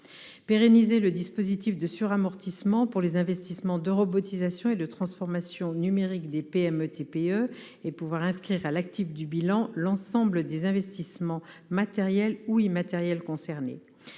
pérenniser le dispositif de suramortissement pour les investissements de robotisation et de transformation numérique des PME-TPE et permettre l'inscription à l'actif du bilan de l'ensemble des investissements matériels ou immatériels concernés